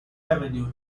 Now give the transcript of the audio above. avenue